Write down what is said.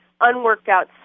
unworked-out